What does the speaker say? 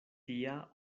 tia